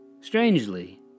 Strangely